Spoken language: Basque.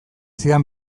zidan